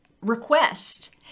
request